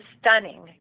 stunning